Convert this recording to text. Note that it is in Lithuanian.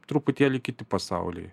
truputėlį kiti pasauliai